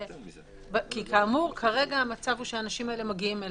כי כרגע המצב הוא שהאנשים האלה מגיעים אליהם.